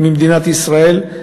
ממדינת ישראל,